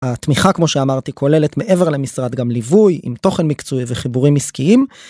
התמיכה כמו שאמרתי כוללת מעבר למשרד גם ליווי עם תוכן מקצועי וחיבורים עסקיים.